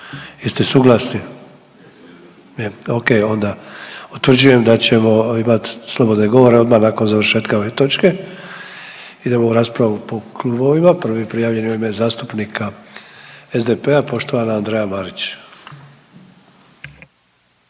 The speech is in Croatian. Jeste suglasni? Je, ok onda utvrđujem da ćemo imati slobodne govore odmah nakon završetka ove točke. Idemo u raspravu po klubovima. Prvi prijavljeni je u zastupnika SDP-a poštovana Andreja Marić.